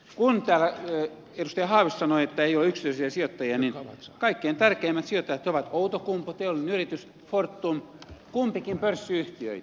kun täällä edustaja haavisto sanoi että ei ole yksityisiä sijoittajia niin kaikkein tärkeimmät sijoittajat ovat outokumpu teollinen yritys fortum kumpikin pörssiyhtiöitä